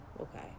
okay